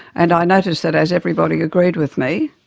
and i noticed that as everybody agreed with me,